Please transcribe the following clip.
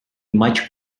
much